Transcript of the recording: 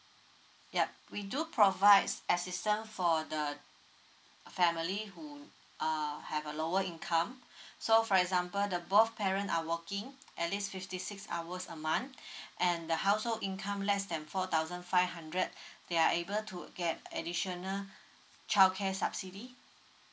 yup we do provide assistance for the uh a family who err have a lower income so for example the both parents are working at least fifty six hours a month and the household income less than four thousand five hundred they are able to uh get additional childcare subsidy